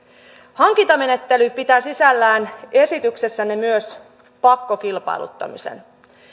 hankintamenettely pitää sisällään myös pakkokilpailuttamisen